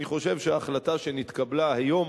אני חושב שההחלטה שנתקבלה היום